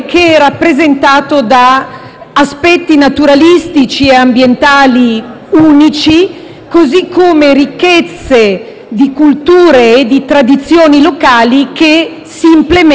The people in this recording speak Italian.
aspetti naturalistici e ambientali unici e dalla ricchezza di culture e di tradizioni locali, che si trovano in questi territori.